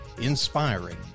Inspiring